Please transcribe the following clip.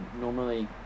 Normally